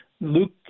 Luke